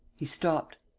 he stopped.